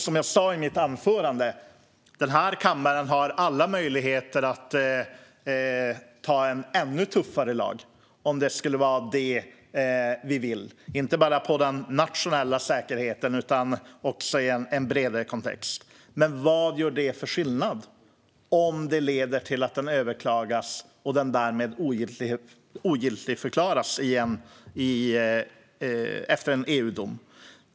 Som jag sa i mitt anförande har den här kammaren alla möjligheter att anta en ännu tuffare lag om det är vad vi vill. Det gäller inte bara den nationella säkerheten utan också i en bredare kontext. Men vad gör det för skillnad om det leder till att den överklagas och därmed ogiltigförklaras igen efter en EU-dom?